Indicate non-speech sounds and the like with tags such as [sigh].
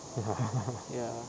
ya [laughs]